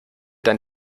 dein